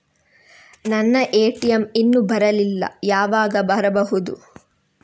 ನನ್ನ ಎ.ಟಿ.ಎಂ ಇನ್ನು ಬರಲಿಲ್ಲ, ಯಾವಾಗ ಬರಬಹುದು?